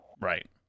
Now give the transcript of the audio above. Right